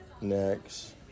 Next